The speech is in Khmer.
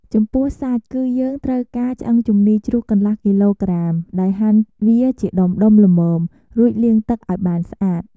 ចំពោះសាច់ គឺយើងត្រូវការ ឆ្អឹងជំនីរជ្រូកកន្លះគីឡូក្រាម ដោយហាន់វាជាដុំៗល្មម រួចលាងទឹកឱ្យបានស្អាត។